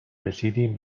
رسیدیم